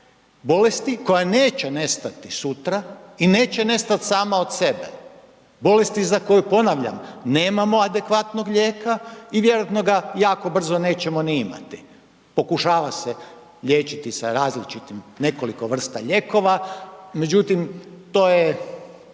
bolesti koja neće nestati sutra i neće nestat sama od sebe, bolesti za koju, ponavljam, nemamo adekvatnog lijeka i vjerojatno ga jako brzo nećemo ni imati. Pokušava se liječiti sa različitim nekoliko vrsta ljekova, međutim, to je,